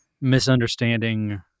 misunderstanding